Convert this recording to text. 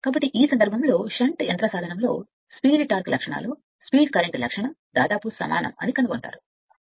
కాబట్టి ఈ సందర్భంలో మరింత సుమారుగా షంట్ యంత్ర సాధనము కోసం స్పీడ్ టార్క్ లక్షణాలు ఇక్కడ షంట్ యంత్ర సాధనము కు సుమారుగా స్పీడ్ కరెంట్ లక్షణం అని కనుగొంటారు